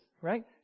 right